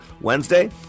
Wednesday